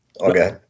Okay